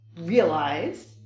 realize